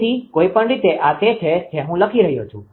તેથી કોઈપણ રીતે આ તે છે જે હું લખી રહ્યો છું